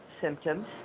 symptoms